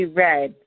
red